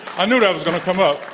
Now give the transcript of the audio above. i knew that was going to come up.